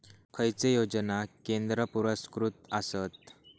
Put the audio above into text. खैचे योजना केंद्र पुरस्कृत आसत?